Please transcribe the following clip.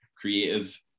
creative